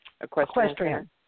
Equestrian